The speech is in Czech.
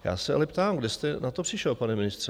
Já se ale ptám, kde jste na to přišel, pane ministře?